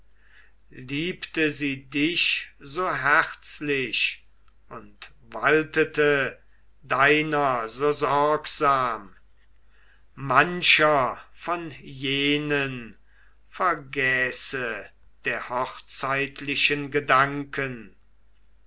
liebte sie dich so herzlich und waltete deiner so sorgsam mancher von jenen vergäße der hochzeitlichen gedanken